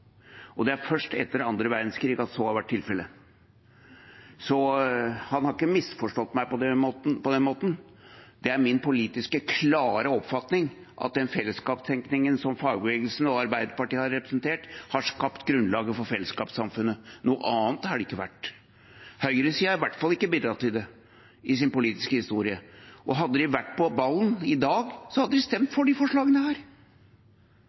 og det er først etter annen verdenskrig at så har vært tilfellet. Så han har ikke misforstått meg i så måte. Det er min klare politiske oppfatning at den fellesskapstenkningen som fagbevegelsen og Arbeiderpartiet har representert, har skapt grunnlaget for fellesskapssamfunnet. Noe annet har det ikke vært. Høyresiden har i hvert fall ikke bidratt til det i sin politiske historie. Hadde de vært på ballen i dag, hadde de stemt for disse forslagene,